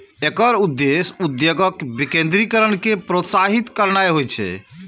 एकर उद्देश्य उद्योगक विकेंद्रीकरण कें प्रोत्साहित करनाय होइ छै